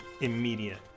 immediate